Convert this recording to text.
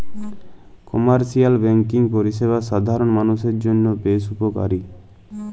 commercial banking পরিষেবা সাধারল মালুষের জন্হে বেশ উপকারী